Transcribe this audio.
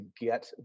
get